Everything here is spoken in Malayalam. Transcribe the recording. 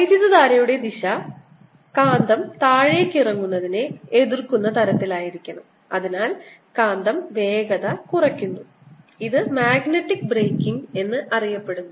വൈദ്യുതധാരയുടെ ദിശ കാന്തം താഴേക്ക് ഇറങ്ങുന്നതിനെ എതിർക്കുന്ന തരത്തിലായിരിക്കണം അതിനാൽ കാന്തം വേഗത കുറയ്ക്കുന്നു ഇത് മാഗ്നറ്റിക് ബ്രേക്കിംഗ് എന്നറിയപ്പെടുന്നു